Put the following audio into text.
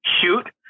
shoot